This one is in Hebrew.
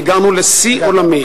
והגענו לשיא עולמי,